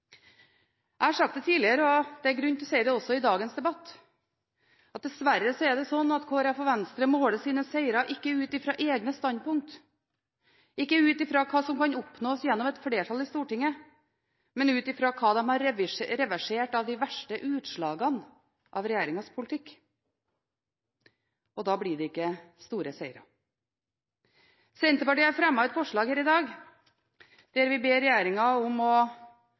Jeg har sagt det tidligere, og det er grunn til å si det også i dagens debatt, at det dessverre er slik at Kristelig Folkeparti og Venstre måler sine seiere ikke ut fra egne standpunkt, ikke ut fra hva som kan oppnås gjennom et flertall i Stortinget, men ut fra hva de har reversert av de verste utslagene av regjeringens politikk. Da blir det ikke store seiere. Senterpartiet har fremmet et forslag her i dag, der vi ber regjeringen om å